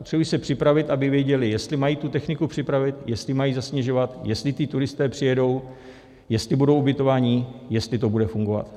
Potřebují se připravit, aby věděli, jestli mají tu techniku připravit, jestli mají zasněžovat, jestli ti turisté přijedou, jestli budou ubytovaní, jestli to bude fungovat.